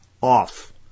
off